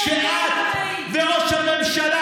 שאת וראש הממשלה